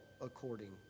according